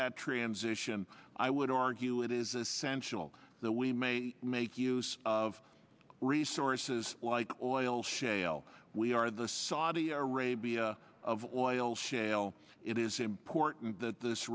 that transition i would argue it is essential that we may make use of resources like oil shale we are the saudi arabia of oil shale it is important that this